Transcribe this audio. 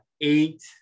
eight